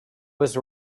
was